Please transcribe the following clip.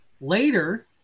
later